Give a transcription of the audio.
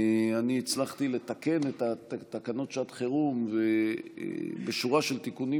הצלחתי לתקן את תקנות שעת החירום בשורה של תיקונים